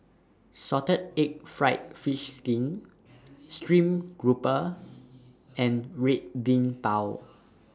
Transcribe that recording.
Salted Egg Fried Fish Skin Stream Grouper and Red Bean Bao